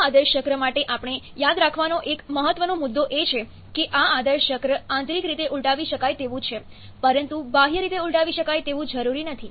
આ આદર્શ ચક્ર માટે આપણે યાદ રાખવાનો એક મહત્વનો મુદ્દો એ છે કે આ આદર્શ ચક્ર આંતરિક રીતે ઉલટાવી શકાય તેવું છે પરંતુ બાહ્ય રીતે ઉલટાવી શકાય તેવું જરૂરી નથી